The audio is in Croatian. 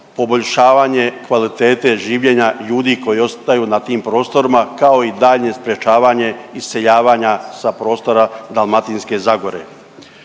poboljšavanje kvalitete življenja ljudi koji ostaju na tim prostorima kao i daljnje sprječavanje iseljavanja sa prostora Dalmatinske zagore.